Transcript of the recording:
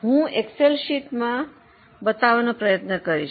હું એક્સેલ શીટમાં બતાવવાનો પ્રયત્ન કરીશ